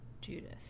Judith